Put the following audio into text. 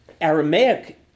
Aramaic